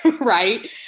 right